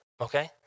Okay